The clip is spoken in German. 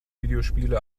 videospiele